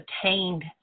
obtained